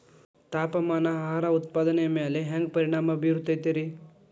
ತಾಪಮಾನ ಆಹಾರ ಉತ್ಪಾದನೆಯ ಮ್ಯಾಲೆ ಹ್ಯಾಂಗ ಪರಿಣಾಮ ಬೇರುತೈತ ರೇ?